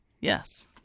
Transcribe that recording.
Yes